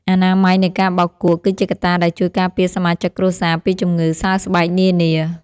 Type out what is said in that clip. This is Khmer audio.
អនាម័យនៃការបោកគក់ គឺជាកត្តាដែលជួយការពារសមាជិកគ្រួសារពីជំងឺសើស្បែកនានា។